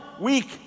week